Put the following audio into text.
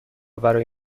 برای